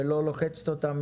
ולא לוחצת אותם,